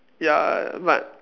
ya but